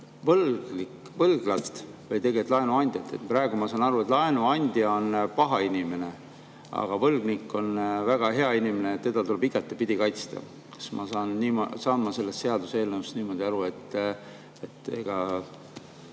võlglast või tegelikult laenuandjat? Praegu ma saan aru, et laenuandja on paha inimene, aga võlgnik on väga hea inimene, teda tuleb igatepidi kaitsta. Ma saan seaduseelnõust niimoodi aru, et rumal